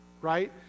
right